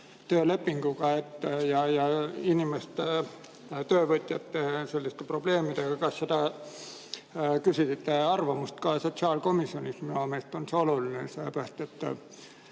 töölepinguga ja inimeste ning töövõtjate selliste probleemidega, siis kas te küsisite arvamust ka sotsiaalkomisjonilt. Minu meelest on see oluline, sellepärast et